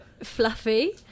Fluffy